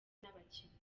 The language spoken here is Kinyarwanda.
n’abakinnyi